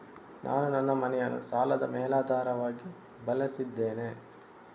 ನಾನು ನನ್ನ ಮನೆಯನ್ನು ಸಾಲದ ಮೇಲಾಧಾರವಾಗಿ ಬಳಸಿದ್ದೇನೆ